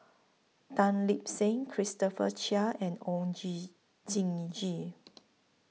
Tan Lip Seng Christopher Chia and Oon Gee Jin Gee